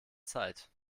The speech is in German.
zeit